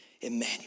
Emmanuel